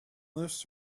lifts